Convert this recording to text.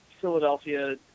Philadelphia